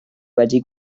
wedi